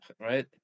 right